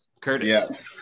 Curtis